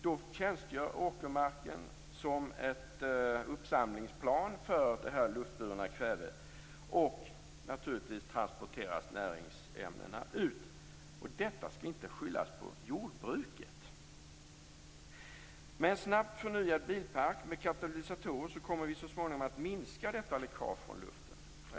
Då tjänstgör åkermarken som ett uppsamlingsplan för det luftburna kvävet, och naturligtvis transporteras näringsämnena ut. Detta skall inte skyllas på jordbruket. Med en snabbt förnyad bilpark med katalysatorer kommer vi så småningom att minska detta läckage från luften.